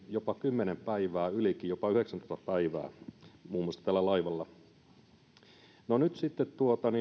jopa kymmenen päivää ylikin jopa yhdeksäntoista päivää muun muassa sillä laivalla sitten